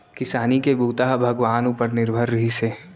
किसानी के बूता ह भगवान उपर निरभर रिहिस हे